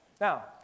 Now